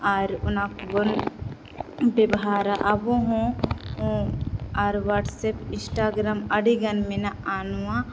ᱟᱨ ᱚᱱᱟ ᱠᱚᱵᱚᱱ ᱵᱮᱵᱷᱟᱨᱟ ᱟᱵᱚ ᱦᱚᱸ ᱟᱨ ᱦᱳᱣᱟᱴᱥᱮᱯ ᱤᱥᱴᱟᱜᱨᱢ ᱟᱹᱰᱤᱜᱟᱱ ᱢᱮᱱᱟᱜᱼᱟ ᱱᱚᱣᱟ